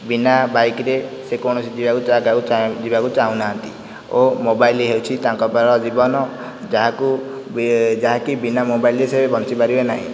ବିନା ବାଇକରେ ସେ କୌଣସି ଯାଗାକୁ ଯିବାକୁ ଚାହୁଁନାହାଁନ୍ତି ଓ ମୋବାଇଲ୍ ହେଉଛି ତାଙ୍କ ପାଇଁ ଜୀବନ ଯାହାକି ବିନା ମୋବାଇଲ୍ରେ ସେ ବଞ୍ଚିପାରିବେ ନାହିଁ